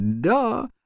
duh